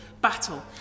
battle